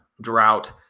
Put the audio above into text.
drought